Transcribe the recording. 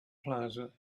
plaza